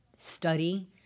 study